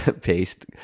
paste